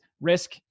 risk